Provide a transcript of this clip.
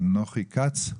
נחי כץ.